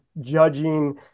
judging